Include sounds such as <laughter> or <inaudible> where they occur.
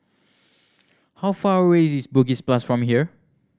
how far away is Bugis <unintelligible> from here